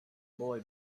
boy